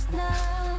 now